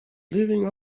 living